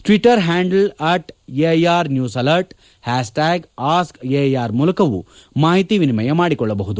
Twitter handle at AIR news alerts hashtag ask AIR ಮೂಲಕವೂ ಮಾಹಿತಿ ವಿನಿಮಯ ಮಾಡಿಕೊಳ್ಳಬಹುದು